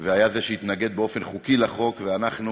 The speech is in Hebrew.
והוא התנגד באופן חוקי לחוק ואנחנו